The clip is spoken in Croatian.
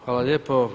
Hvala lijepo.